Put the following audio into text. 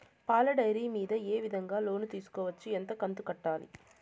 పాల డైరీ మీద ఏ విధంగా లోను తీసుకోవచ్చు? ఎంత కంతు కట్టాలి?